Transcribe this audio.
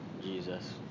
Jesus